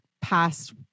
past